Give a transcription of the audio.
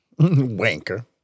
Wanker